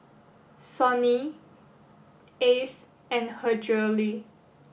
Sony Ice and Her Jewellery